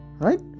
Right